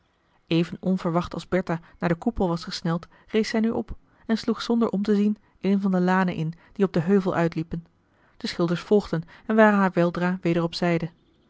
even onverwacht als bertha naar den koepel was gesneld rees zij nu op en sloeg zonder omtezien een van de lanen in die op den heuvel uitliepen de schilders volgden en waren haar weldra weder op zijde